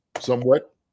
somewhat